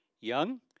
young